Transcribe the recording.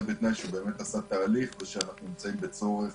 זה בתנאי שהוא עשה תהליך ושאנחנו נמצאים בצורך